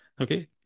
Okay